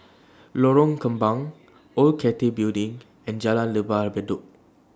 Lorong Kembang Old Cathay Building and Jalan Lembah Bedok